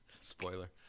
Spoiler